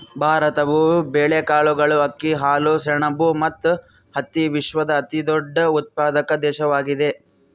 ಭಾರತವು ಬೇಳೆಕಾಳುಗಳು, ಅಕ್ಕಿ, ಹಾಲು, ಸೆಣಬು ಮತ್ತು ಹತ್ತಿಯ ವಿಶ್ವದ ಅತಿದೊಡ್ಡ ಉತ್ಪಾದಕ ದೇಶವಾಗಿದೆ